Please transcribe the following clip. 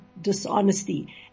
dishonesty